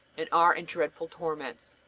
and are in dreadful torments.